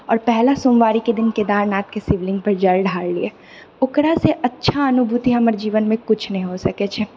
आओर पहिला सोमवारीके दिन केदारनाथके शिवलिंगपर जल ढ़ारलियै ओकरासँ अच्छा अनुभूति हमर जीवनमे कुछ नहि हो सकै छै